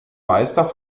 meister